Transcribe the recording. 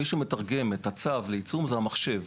מי שמתרגם את הצו לעיצום זה המחשב.